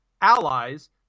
allies